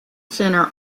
center